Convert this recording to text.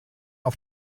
auf